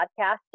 podcast